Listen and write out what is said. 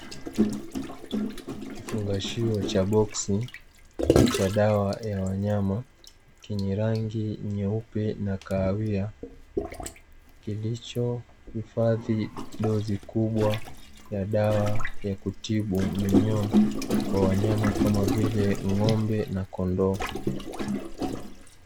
Kifungaashio cha boksi cha dawa ya wanyama chenye rangi nyeupe na kahawia kilichohifadhi dozi kubwa ya dawa ya kutibu minyoo kwa wanyama kama vile ng'ombe na kondoo.